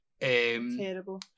Terrible